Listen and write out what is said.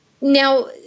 Now